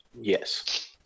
Yes